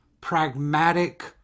pragmatic